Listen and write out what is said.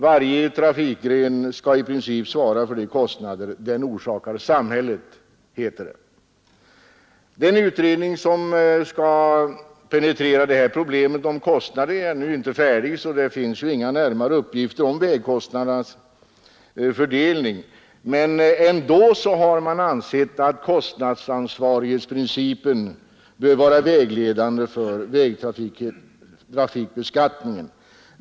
Varje trafikgren skall i princip svara för de kostnader den orsakar samhället, heter det. Den utredning som skall penetrera problemet om kostnader är ännu inte färdig med sitt arbete, så det finns inga närmare uppgifter om vägkostnadernas fördelning. Men man har ändå ansett att kostnadsansvarighetsprincipen bör vara vägledande för vägtrafikbeskattningen.